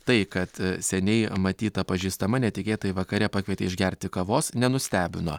tai kad seniai matyta pažįstama netikėtai vakare pakvietė išgerti kavos nenustebino